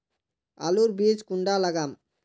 आलूर बीज कुंडा लगाम?